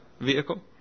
vehicle